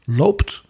loopt